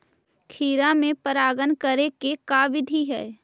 खिरा मे परागण करे के का बिधि है?